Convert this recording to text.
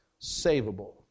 savable